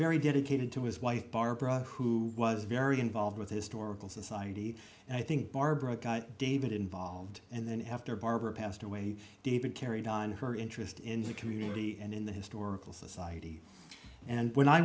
very dedicated to his wife barbara who was very involved with historical society and i think barbara got david involved and then after barbara passed away and david carried on her interest in the community and in the historical society and when i